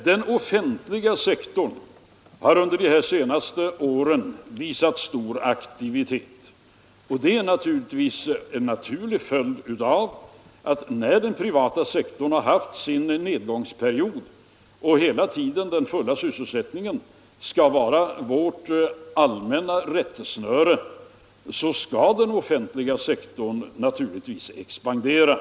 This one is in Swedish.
Den offentliga sektorn har under de senaste åren visat stor aktivitet. Det är en naturlig följd av att när den privata sektorn har haft sin nedgångsperiod och den fulla sysselsättningen ständigt skall vara vårt allmänna rättesnöre, så skall den offentliga sektorn självfallet expandera.